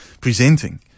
presenting